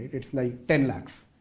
it's like ten lax,